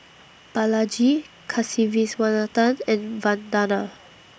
Balaji Kasiviswanathan and Vandana